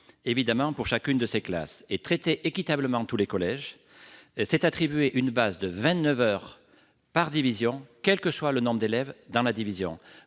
évidemment le même pour chacune des classes. Traiter équitablement tous les collèges consiste à attribuer une base de vingt-neuf heures par division, quel que soit le nombre d'élèves dans la division.